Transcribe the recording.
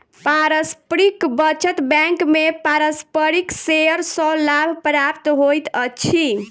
पारस्परिक बचत बैंक में पारस्परिक शेयर सॅ लाभ प्राप्त होइत अछि